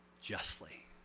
justly